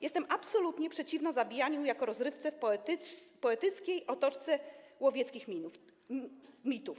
Jestem absolutnie przeciwna zabijaniu jako rozrywce w poetyckiej otoczce łowieckich mitów.